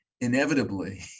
inevitably